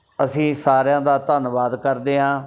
ਅਸੀਂ ਸਾਰਿਆਂ ਦਾ ਧੰਨਵਾਦ ਕਰਦੇ ਹਾਂ